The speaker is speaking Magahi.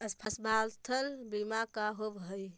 स्वास्थ्य बीमा का होव हइ?